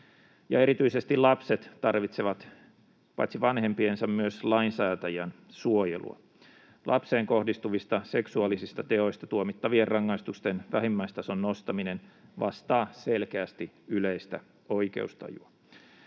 Erityisesti lapset tarvitsevat paitsi vanhempiensa myös lainsäätäjän suojelua. Lapseen kohdistuvista seksuaalisista teoista tuomittavien rangaistusten vähimmäistason nostaminen vastaa selkeästi yleistä oikeustajua.